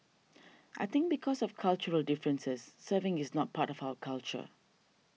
I think because of cultural differences serving is not part of our culture